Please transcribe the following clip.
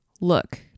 Look